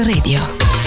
Radio